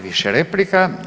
više replika.